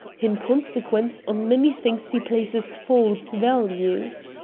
in consequence, on many things he places false values.